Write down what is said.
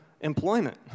employment